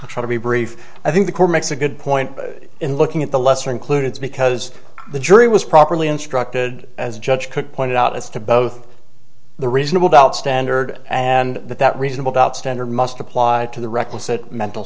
i'll try to be brief i think the court makes a good point in looking at the lesser includes because the jury was properly instructed as a judge could point out as to both the reasonable doubt standard and that that reasonable doubt standard must apply to the requisite mental